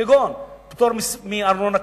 כגון פטור מארנונה כללית,